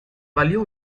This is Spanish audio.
valió